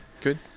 Good